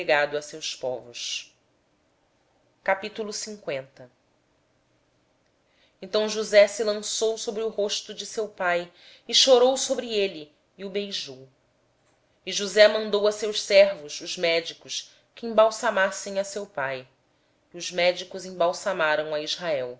ao seu povo então josé se lançou sobre o rosto de seu pai chorou sobre ele e o beijou e josé ordenou a seus servos os médicos que embalsamassem a seu pai e os médicos embalsamaram a israel